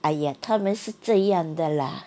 !aiya! 他们是这样的啦